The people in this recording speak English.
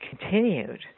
continued